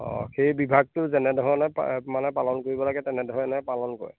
অঁ সেই বিভাগটো যেনেধৰণে প মানে পালন কৰিব লাগে তেনেধৰণে পালন কৰে